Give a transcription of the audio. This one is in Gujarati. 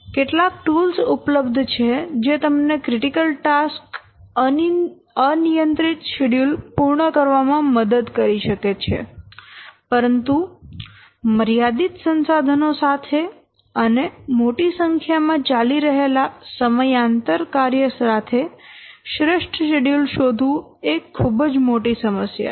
કેટલાક ટૂલ્સ ઉપલબ્ધ છે જે તમને ક્રિટીકલ ટાસ્ક અનિયંત્રિત શેડ્યૂલ પૂર્ણ કરવામાં મદદ કરી શકે છે પરંતુ મર્યાદિત સંસાધનો સાથે અને મોટી સંખ્યામાં ચાલી રહેલા સમાંતર કાર્ય સાથે શ્રેષ્ઠ શેડ્યૂલ શોધવું એ ખૂબ જ મોટી સમસ્યા છે